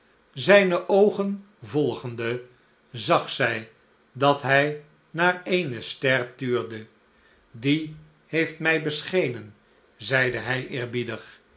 zijne oogen volgende zag zij dat hij naar eene ster tuurde die heeft mij beschenen zeide hij